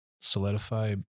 solidify